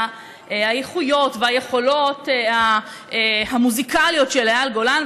שהאיכויות והיכולות המוזיקליות של אייל גולן,